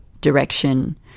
direction